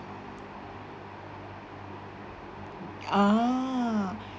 ah